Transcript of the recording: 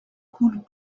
coule